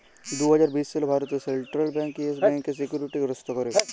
দু হাজার বিশ সালে ভারতে সেলট্রাল ব্যাংক ইয়েস ব্যাংকের সিকিউরিটি গ্রস্ত ক্যরে